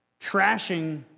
trashing